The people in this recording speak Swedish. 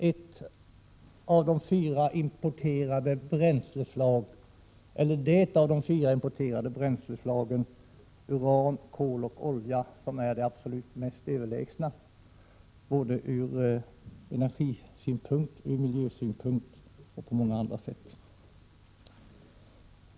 Naturgas är ju ett av de fyra importerade bränsleslagen utöver uran, kol och olja och är det absolut överlägsna ur både energisynpunkt och miljösynpunkt men även på annat sätt.